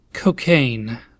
Cocaine